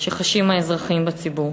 שחשים האזרחים בציבור.